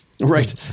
Right